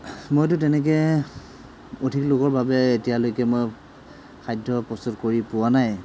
মইতো তেনেকৈ অধিক লোকৰ বাবে এতিয়ালৈকে মই খাদ্য প্ৰস্তুত কৰি পোৱা নাই